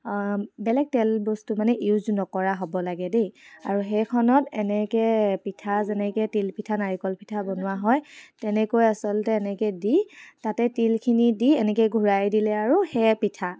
বেলেগ তেল বস্তু মানে ইউজ নকৰা হ'ব লাগে দেই আৰু সেইখনত এনেকৈ পিঠা যেনেকৈ তিলপিঠা নাৰিকল পিঠা বনোৱা হয় তেনেকৈ আচলতে এনেকৈ দি তাতে তিলখিনি দি এনেকৈ ঘূৰাই দিলে আৰু সেয়ে পিঠা